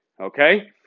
okay